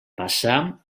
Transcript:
passà